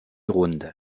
runde